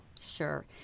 Sure